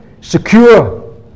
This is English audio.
secure